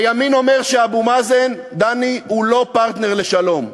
הימין אומר שאבו מאזן, דני, הוא לא פרטנר לשלום.